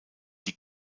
die